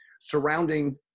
surrounding